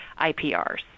IPRs